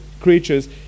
creatures